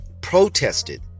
protested